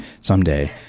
someday